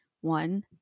one